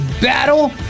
battle